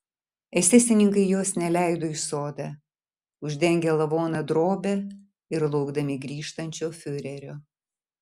esesininkai jos neleido į sodą uždengę lavoną drobe ir laukdami grįžtančio fiurerio